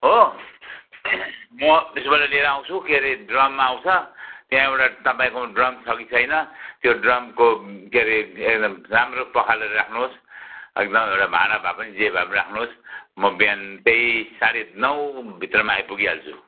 हो म त्यसोभने लिएर आउँछु के अरे ड्रममा आउँछ त्यहाँ एउटा तपाईँको ड्रम छ कि छैन त्यो ड्रमको क्यारे एकदम राम्रो पखालेर राख्नुहोस् एकदम एउटा भाँडा भए पनि जे भए पनि राख्नुहोस् म बिहान त्यही साढे नौ भित्रमा आइपुगिहाल्छु